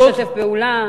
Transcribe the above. אפשר לומר "לשתף פעולה",